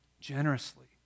generously